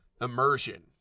immersion